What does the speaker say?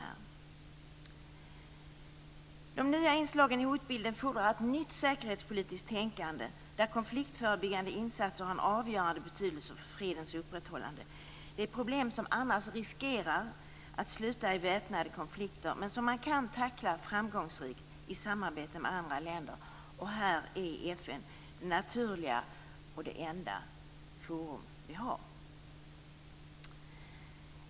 De nya inslagen i hotbilden fordrar ett nytt säkerhetspolitiskt tänkande, där konfliktförebyggande insatser har en avgörande betydelse för fredens upprätthållande. Det är problem som annars riskerar att sluta i väpnade konflikter, men som man kan tackla framgångsrikt i samarbete med andra länder. Här är FN det naturliga och det enda forumet.